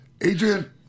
Adrian